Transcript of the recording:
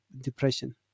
depression